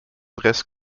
dresse